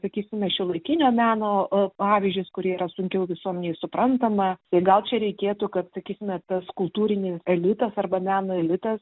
sakysime šiuolaikinio meno pavyzdžius kurie yra sunkiau visuomenei suprantama ir gal čia reikėtų kad sakysime tas kultūrinis elitas arba meno elitas